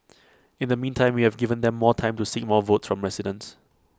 in the meantime we have given them more time to seek more votes from residents